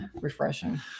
refreshing